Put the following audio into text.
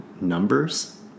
numbers